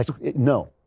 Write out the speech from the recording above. No